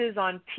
on